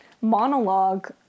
monologue